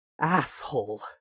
asshole